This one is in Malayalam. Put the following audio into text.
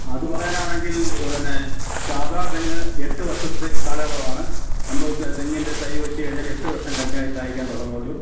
അത് പറയാനാണെങ്കിൽ പിന്നെ സാദാ തെങ്ങ് എട്ട് വർഷത്തെ കാലയളവാണ് നമ്മൾ തെ തെങ്ങിൻ്റെ തൈ വെച്ചുകഴിഞ്ഞാൽ എട്ട് വർഷം കഴിഞ്ഞാലേ കായ്ക്കാൻ തുടങ്ങുള്ളൂ